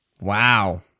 Wow